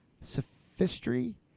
sophistry